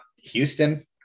Houston